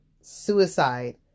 suicide